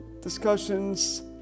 discussions